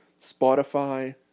Spotify